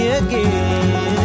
again